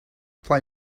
play